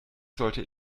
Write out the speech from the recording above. sollte